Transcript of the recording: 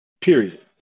period